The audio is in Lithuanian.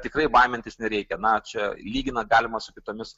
tikrai baimintis nereikia na čia lygina galima su kitomis